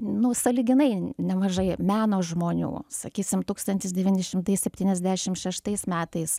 nu sąlyginai nemažai meno žmonių sakysim tūkstantis devyni šimtai septyniasdešimt šeštais metais